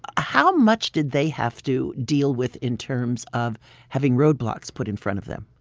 how much did they have to deal with in terms of having roadblocks put in front of them?